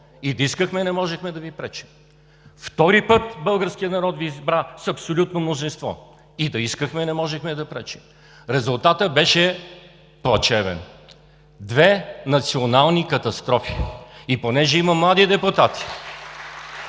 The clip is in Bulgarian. и да искахме, не можехме да Ви пречим. Втори път българският народ Ви избра с абсолютно мнозинство – и да искахме, не можехме да пречим. Резултатът беше плачевен – две национални катастрофи. (Ръкопляскания